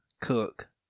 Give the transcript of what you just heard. cook